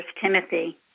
Timothy